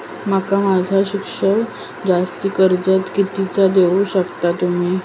माका माझा शिक्षणाक जास्ती कर्ज कितीचा देऊ शकतास तुम्ही?